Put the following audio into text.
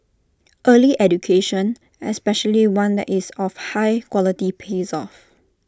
early education especially one that is of high quality pays off